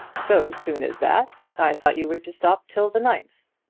so soon as that. i thought you were to stop till the ninth.